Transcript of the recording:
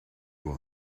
will